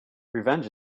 revenge